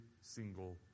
single